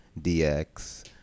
DX